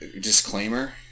disclaimer